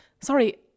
Sorry